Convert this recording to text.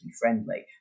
friendly